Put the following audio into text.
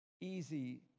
easy